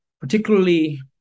particularly